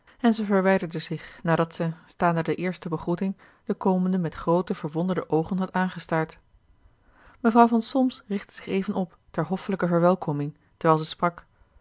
en ze verwijderde zich nadat zij staande de eerste begroeting den komende met groote verwonderde oogen had aangestaard mevrouw van solms richtte zich even op ter hoffelijke verwelkoming terwijl zij sprak